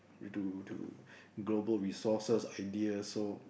to to global resources ideas so